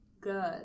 good